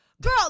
Girl